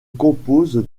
compose